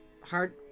hard